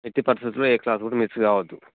ఎట్టి పరిస్థితులలో ఏ క్లాస్ కూడా మిస్ కావద్దు